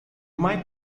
might